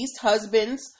husband's